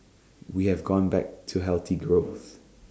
we have gone back to healthy growth